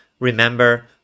Remember